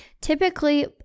typically